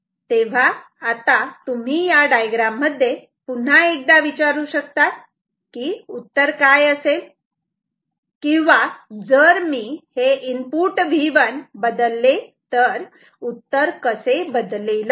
तेव्हा आता तुम्ही या डायग्राम मध्ये पुन्हा एकदा विचारू शकतात की उत्तर काय असेल किंवा जर मी इनपुट V1 बदलले तर उत्तर कसे बदलेल